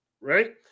right